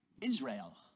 Israel